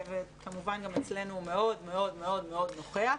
וכמובן גם אצלנו הוא מאוד מאוד מאוד נוכח.